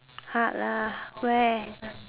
hard lah where